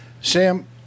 Sam